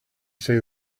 say